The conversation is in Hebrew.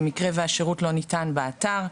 במקרים דחופים במקרה שהשירות לא ניתן באתר.